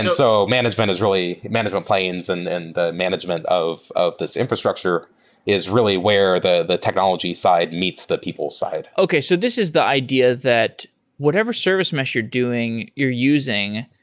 and so management is really management planes and and the management of of this infrastructure is really where the the technology side meets the people side. okay. so this is the idea that whatever service mesh you're doing, you're using,